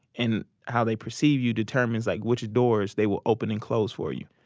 and how they perceive you determines, like, which doors they will open and close for you.